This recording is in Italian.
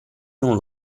non